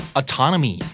autonomy